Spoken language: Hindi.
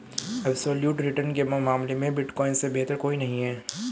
एब्सोल्यूट रिटर्न के मामले में बिटकॉइन से बेहतर कोई नहीं है